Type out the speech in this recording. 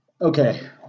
Okay